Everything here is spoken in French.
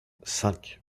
cinq